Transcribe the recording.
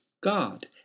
God